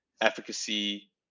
efficacy